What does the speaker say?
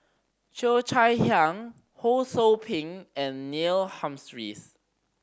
Cheo Chai Hiang Ho Sou Ping and Neil Humphreys